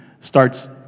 Starts